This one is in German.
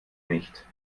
nicht